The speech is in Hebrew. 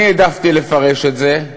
אני העדפתי לפרש את זה: